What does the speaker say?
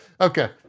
Okay